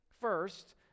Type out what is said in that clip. First